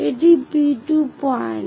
এটি P2 point